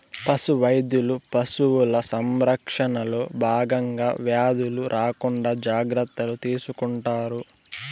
పశు వైద్యులు పశువుల సంరక్షణలో భాగంగా వ్యాధులు రాకుండా జాగ్రత్తలు తీసుకుంటారు